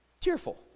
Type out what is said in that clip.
cheerful